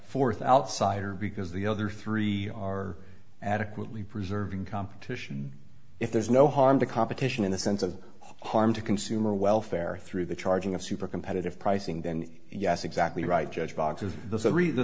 fourth outsider because the other three are adequately preserving competition if there's no harm to competition in the sense of harm to consumer welfare through the charging of super competitive pricing then yes exactly right judge boxes the